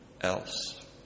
else